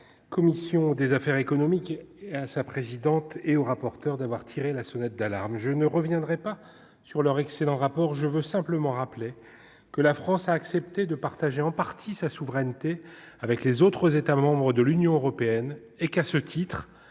commission des affaires économiques et sa présidente et au rapporteur d'avoir tiré la sonnette d'alarme, je ne reviendrai pas sur leur excellent rapport, je veux simplement rappeler que la France a accepté de partager en partie sa souveraineté avec les autres États membres de l'Union européenne et qu'à ce titre,